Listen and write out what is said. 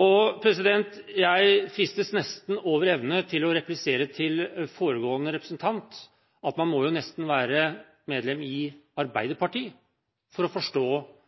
Jeg fristes over evne til å replisere til foregående representant at man må nesten være medlem i Arbeiderpartiet for å forstå